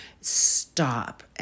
Stop